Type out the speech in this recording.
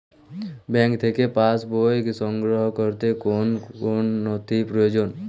Bank থেকে pass বই সংগ্রহ করতে কোন কোন নথি প্রয়োজন?